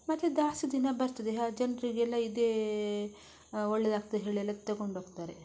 ಮತ್ತು ಜಾಸ್ತಿ ದಿನ ಬರ್ತದೆ ಹಾ ಜನರಿಗೆಲ್ಲ ಇದೇ ಒಳ್ಳೆಯದಾಗ್ತದೆ ಹೇಳಿ ಎಲ್ಲ ತೆಗೊಂಡೋಗ್ತಾರೆ